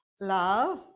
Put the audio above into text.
love